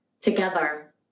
together